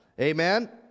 Amen